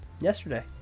Yesterday